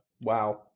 Wow